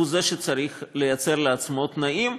הוא זה שצריך לייצר לעצמו תנאים,